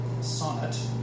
sonnet